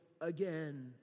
again